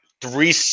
three